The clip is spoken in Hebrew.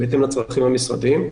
בהתאם לצרכים המשרדיים,